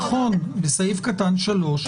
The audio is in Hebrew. בסעיף קטן (3).